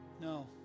No